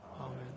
Amen